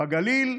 בגליל,